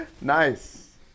Nice